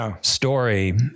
story